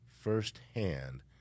firsthand